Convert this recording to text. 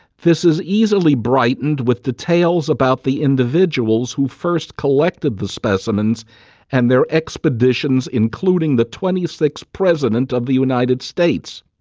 this is easily brightened with details about the individuals who first collected the specimens and their expeditions, including the twenty sixth president of the united states.